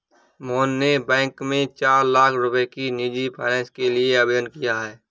मोहन ने बैंक में चार लाख रुपए की निजी फ़ाइनेंस के लिए आवेदन किया है